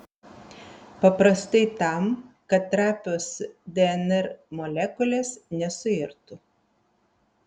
paprastai tam kad trapios dnr molekulės nesuirtų